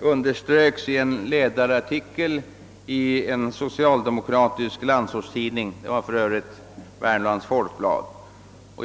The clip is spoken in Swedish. underströks i en ledarartikel i en socialdemokratisk landsortstidning — det var för övrigt Värmlands Folkblad.